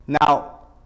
Now